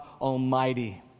Almighty